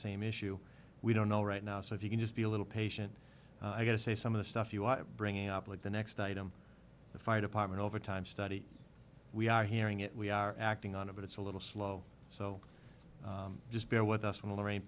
same issue we don't know right now so if you can just be a little patient i got to say some of the stuff you are bringing up like the next item the fire department over time study we are hearing it we are acting on it but it's a little slow so just bear with us from the lorraine